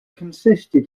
consisted